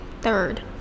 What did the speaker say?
third